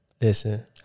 listen